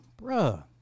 bruh